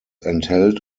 enthält